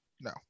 no